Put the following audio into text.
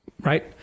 right